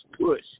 push